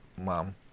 mom